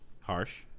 harsh